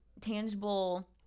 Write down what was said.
tangible